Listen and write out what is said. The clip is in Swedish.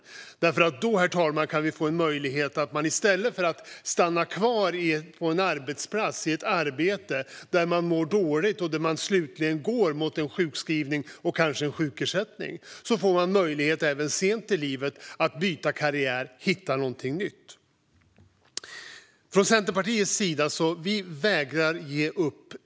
I stället för att man stannar kvar på en arbetsplats och ett arbete där man mår dåligt och slutligen går mot sjukskrivning och kanske sjukersättning, herr talman, får man även sent i livet möjlighet att byta karriär och hitta någonting nytt. Från Centerpartiets sida vägrar vi att ge upp.